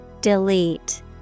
delete